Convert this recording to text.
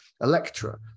Electra